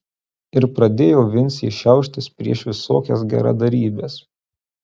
ir pradėjo vincė šiauštis prieš visokias geradarybes